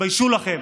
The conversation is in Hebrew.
תתביישו לכם.